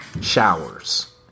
showers